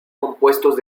compuestos